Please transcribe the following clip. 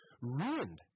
ruined